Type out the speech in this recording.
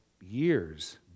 years